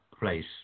place